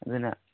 ꯑꯗꯨꯅ